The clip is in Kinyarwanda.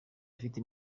afite